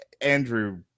Andrew